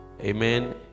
Amen